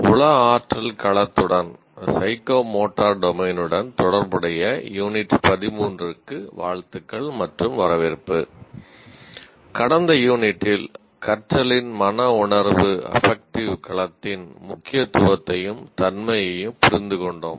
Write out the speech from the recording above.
உள ஆற்றல் களத்துடன் களத்தின் முக்கியத்துவத்தையும் தன்மையையும் புரிந்துகொண்டோம்